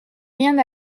rien